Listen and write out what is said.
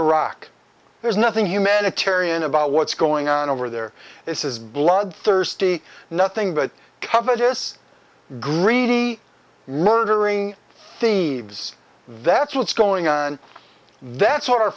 iraq there's nothing humanitarian about what's going on over there this is bloodthirsty nothing but covetous greedy murdering thieves that's what's going on that's what our